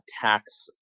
tax